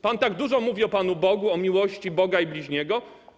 Pan tak dużo mówi o Panu Bogu, o miłości Boga i bliźniego.